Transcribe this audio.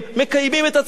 מקיימים את עצמם,